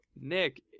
Nick